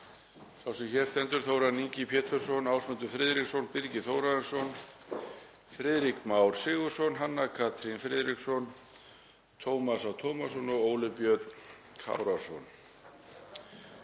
sá sem hér stendur, Þórarinn Ingi Pétursson, Ásmundur Friðriksson, Birgir Þórarinsson, Friðrik Már Sigurðsson, Hanna Katrín Friðriksson, Tómas A. Tómasson og Óli Björn Kárason.